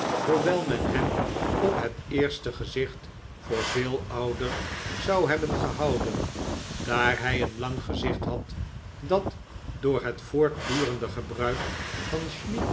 hoewel men hem op het eerste gezicht voor veel ouder zou hebben gehouden daar hij een lang gezicht had dat door het voortdurende gebruik van